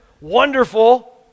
Wonderful